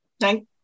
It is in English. thank